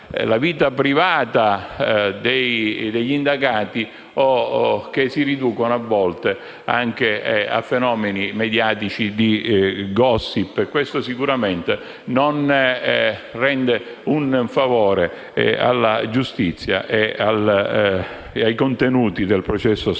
la vita privata degli indagati o che si riducono, a volte, a fenomeni mediatici di *gossip*. Questo sicuramente non rende un favore alla giustizia e ai contenuti del processo stesso.